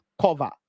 cover